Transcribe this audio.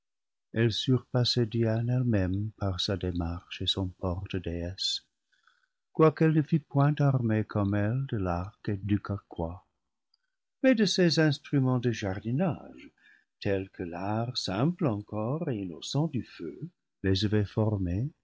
diane elle-même par sa démarche et son port de déesse quoiqu'elle ne fût point armée comme elle de l'arc et du carquois mais de ces instruments de jardinage tels que l'art simple encore et innocent du feu les avait formés